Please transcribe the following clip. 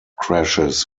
crashes